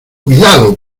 cuidado